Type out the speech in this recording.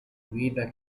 guida